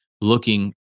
looking